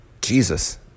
Jesus